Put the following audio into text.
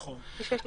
נכון.